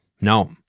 No